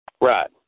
Right